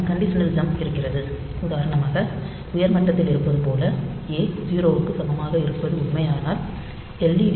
பின்னர் conditional jump இருக்கிறது உதாரணமாக உயர் மட்டத்தில் இருப்பது போல ஏ 0 க்கு சமமாக இருப்பது உண்மையானால் எல்